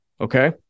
Okay